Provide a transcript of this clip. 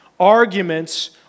arguments